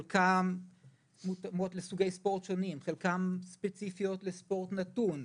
שחלקן מותאמות לסוגי ספורט שונים וחלקן ספציפיות לספורט נתון.